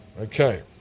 Okay